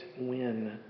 win